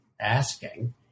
asking